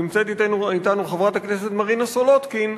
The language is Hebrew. נמצאת אתנו חברת הכנסת מרינה סולודקין,